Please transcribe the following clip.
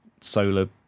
solar